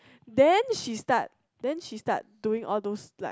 then she start then she start doing all those like